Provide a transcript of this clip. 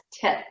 tip